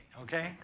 okay